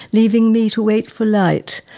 leaving me to wait for light.